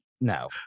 No